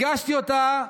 הגשתי אותה,